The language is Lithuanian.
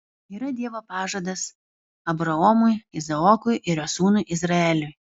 yra dievo pažadas abraomui izaokui ir jo sūnui izraeliui